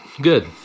good